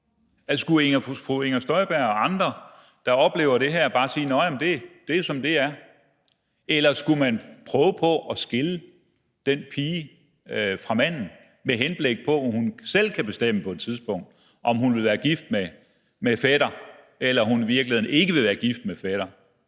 Skulle fru Inger Støjberg og andre, der oplever det her, bare sige: Nå ja, det er, som det er? Eller skulle man prøve på at skille den pige fra manden, med henblik på at hun på et tidspunkt selv kan bestemme, om hun vil være gift med fætter eller hun i virkeligheden ikke vil være gift med fætter?